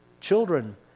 Children